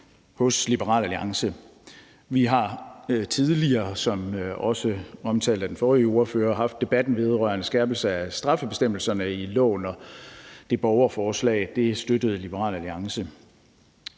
hos Liberal Alliance. Vi har tidligere, som også omtalt af den forrige ordfører, haft debatten vedrørende skærpelse af straffebestemmelserne i loven, og det borgerforslag støttede Liberal Alliance.